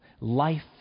Life